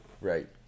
right